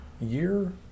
year